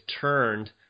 turned